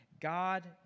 God